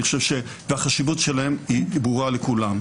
והחשיבות שלהם ברורה לכולם.